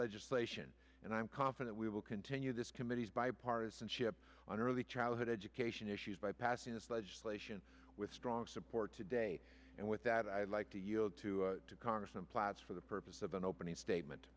legislation and i'm calm we will continue this committee's bipartisanship on early childhood education issues by passing this legislation with strong support today and with that i'd like to yield to congressman plaids for the purpose of an opening statement